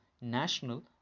national